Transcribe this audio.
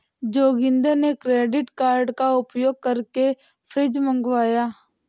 जोगिंदर ने credit card का उपयोग करके फ्रिज मंगवाया